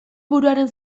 buruaren